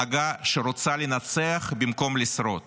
הנהגה שרוצה לנצח במקום לשרוד